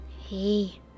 hey